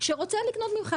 שרוצה לקנות ממך,